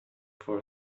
for